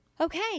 Okay